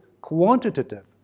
quantitative